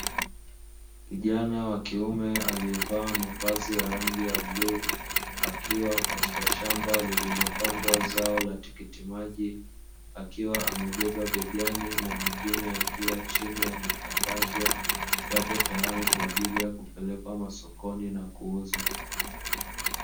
Kijana wa kiume aliyevaa mavazi ya rangi ya bluu akiwa katika shamba lililopandwa zao la tikiti maji akiwa amebeba begani na mengine yakiwa chini yametandazwa yapo tayari kwa ajili ya kupelekwa masokoni na kuuzwa.